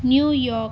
New York